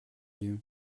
you